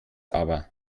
aber